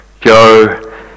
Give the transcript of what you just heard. Go